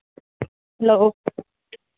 hello